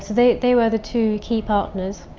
so they, they were the two key partners.